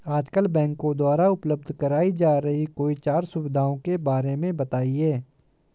आजकल बैंकों द्वारा उपलब्ध कराई जा रही कोई चार सुविधाओं के बारे में बताइए?